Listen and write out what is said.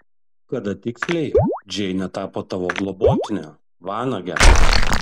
kada tiksliai džeinė tapo tavo globotine vanage